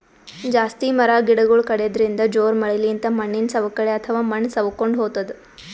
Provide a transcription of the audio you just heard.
ಜಾಸ್ತಿ ಮರ ಗಿಡಗೊಳ್ ಕಡ್ಯದ್ರಿನ್ದ, ಜೋರ್ ಮಳಿಲಿಂತ್ ಮಣ್ಣಿನ್ ಸವಕಳಿ ಅಥವಾ ಮಣ್ಣ್ ಸವಕೊಂಡ್ ಹೊತದ್